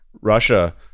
Russia